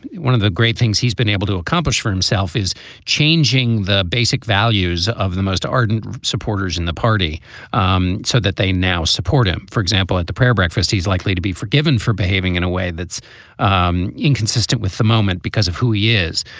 one of the great things he's been able to accomplish for himself is changing the basic values of the most ardent supporters in the party um so that they now support him. for example, at the prayer breakfast, he's likely to be forgiven for behaving in a way that's um inconsistent with the moment because of who he is.